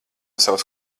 savas